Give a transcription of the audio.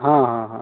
ହଁ ହଁ ହଁ